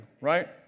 right